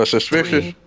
Suspicious